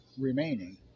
remaining